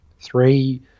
three